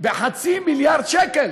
בחצי מיליארד שקל.